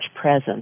presence